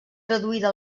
traduïda